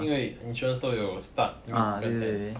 因为 insurance 都有 start meet 对不对